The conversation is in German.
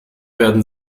werden